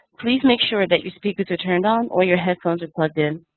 please make sure that your speakers are turned on or your headphones are plugged in.